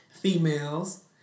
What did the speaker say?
females